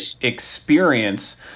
experience